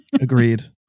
Agreed